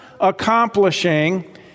Accomplishing